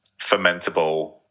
fermentable